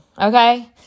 okay